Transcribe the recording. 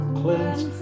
cleanse